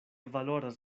valoras